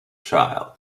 child